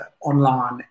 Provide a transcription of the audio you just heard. online